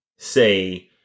Say